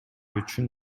үчүн